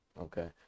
Okay